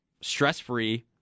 stress-free